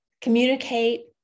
communicate